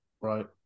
Right